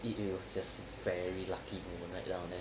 it was just very lucky overnight down there